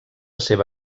seva